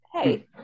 Hey